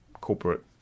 corporate